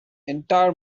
entire